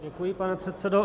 Děkuji, pane předsedo.